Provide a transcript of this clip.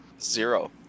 Zero